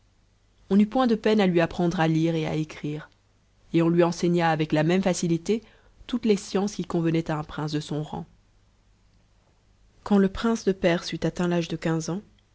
on n'eut point de peine à lui apprendre à lire et à écrire et on lui enseigna avec la même facilité toutes les sciences qui convenaient à un prince de son rang quand le prince de perse eut atteint l'âge de quinze ans